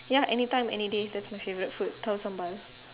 ya anytime any day that's my favourite food tahu sambal